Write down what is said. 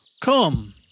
Come